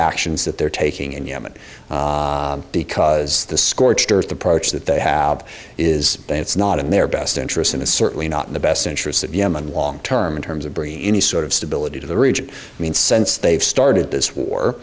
actions that they're taking in yemen because the scorched earth approach that they have is that it's not in their best interests and it's certainly not in the best interests of yemen long term in terms of bringing any sort of stability to the region i mean since they've started this war